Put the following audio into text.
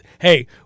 Hey